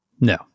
No